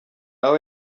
aho